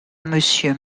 monsieur